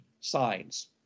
signs